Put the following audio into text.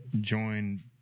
join